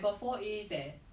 mom and dad are getting old